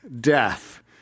death